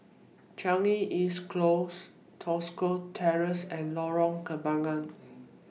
Changi East Close Tosca Terrace and Lorong Kembangan